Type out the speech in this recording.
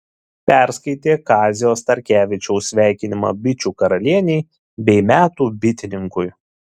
perskaitė kazio starkevičiaus sveikinimą bičių karalienei bei metų bitininkui